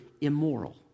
immoral